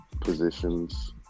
positions